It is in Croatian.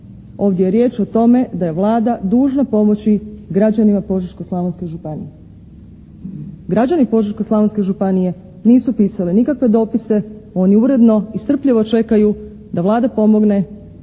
ovdje je riječ o tome da je Vlada dužna pomoći građanima Požeško-slavonske županije. Građani Požeško-slavonske županije nisu pisali nikakve dopise, oni uredno i strpljivo čekaju da Vlada pomogne